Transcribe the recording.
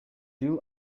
жыл